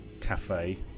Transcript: cafe